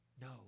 No